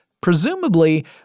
Presumably